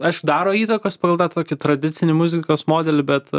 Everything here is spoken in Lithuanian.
aišku daro įtakos pagal tą tokį tradicinį muzikos modelį bet